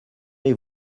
les